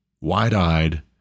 wide-eyed